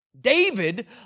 David